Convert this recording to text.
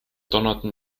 donnerten